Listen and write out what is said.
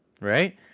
Right